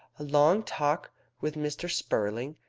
a long talk with mr. spurling!